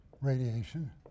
radiation